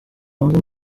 wumve